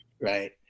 right